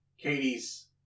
Katie's